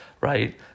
right